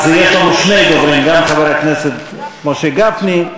אז יש לנו שני דוברים, גם חבר הכנסת משה גפני.